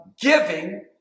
giving